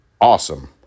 awesome